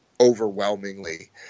overwhelmingly